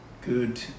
Good